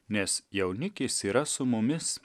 nes jaunikis yra su mumis